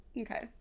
Okay